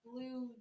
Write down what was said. Blue